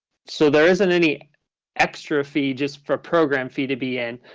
so there isn't any extra fee just for program fee to be in.